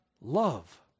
love